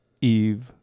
eve